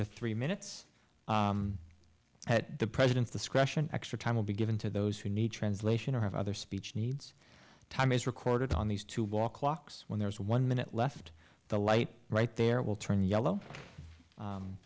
to three minutes at the president's discretion extra time will be given to those who need translation or have other speech needs time is recorded on these two ball clocks when there is one minute left the light right there will turn yellow